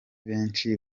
benshi